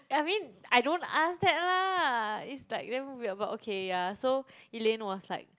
I mean I don't ask that lah it's like damn weird but okay yeah so Elaine was like